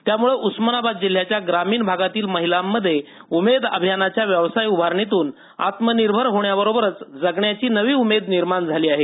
त्यामुळे उस्मानाबाद जिल्ह्याच्या ग्रामीण भागातील महिलांमध्ये उमेद अभियानाच्या व्यवसाय उभारणीतून आत्मनिर्भर होण्याबरोबरच जगण्याची नवी उमेद निर्माण झाली आहे